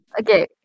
okay